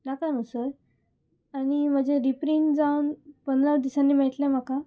नाका न्हू सर आनी म्हजें रिप्रीन जावन पंदरा दिसांनी मेळटलें म्हाका